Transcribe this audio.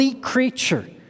creature